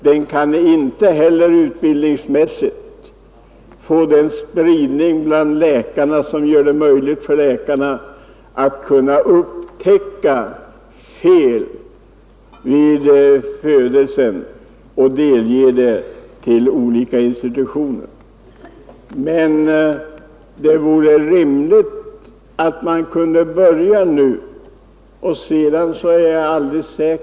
Man kan inte heller på det sättet utbildningsmässigt få den spridning av kunskaper bland läkarna som gör det möjligt för dem att upptäcka fel vid födelsen och delge det till olika institutioner. Men det vore rimligt att börja nu.